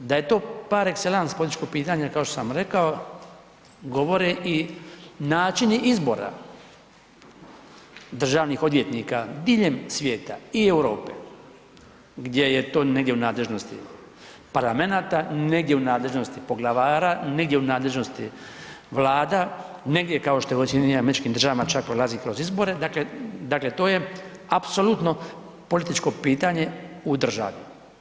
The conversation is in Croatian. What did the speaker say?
Da je to par excellence političko pitanje, kao što sam rekao, govore i načini izbora državnih odvjetnika diljem svijeta i Europe, gdje je to negdje u nadležnosti parlamenata, negdje u nadležnosti poglavara, negdje u nadležnosti Vlada, negdje kao što je u SAD čak prolazi kroz izbore, dakle, to je apsolutno političko pitanje u državi.